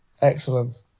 Excellent